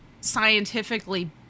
scientifically